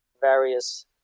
various